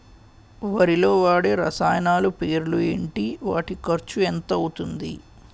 వరిలో వాడే రసాయనాలు పేర్లు ఏంటి? వాటి ఖర్చు ఎంత అవతుంది?